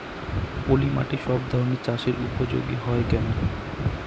পলিমাটি সব ধরনের চাষের উপযোগী হয় কেন?